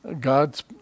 God's